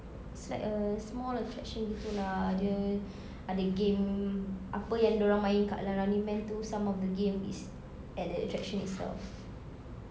it's like a small attraction gitu lah dia ada game apa yang dia orang main dekat dalam running man itu some of the game is at that attraction itself